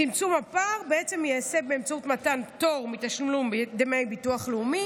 צמצום הפער ייעשה באמצעות מתן פטור מתשלום דמי ביטוח לאומי